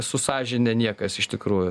su sąžine niekas iš tikrųjų